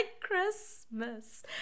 Christmas